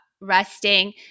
resting